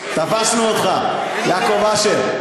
תפסנו אותך, יעקב אשר.